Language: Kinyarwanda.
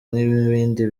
n’ibindi